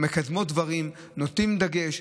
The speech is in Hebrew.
שמקדמות דברים, כשנותנים דגש.